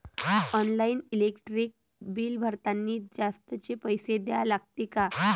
Online electric bill भरतानी जास्तचे पैसे द्या लागते का?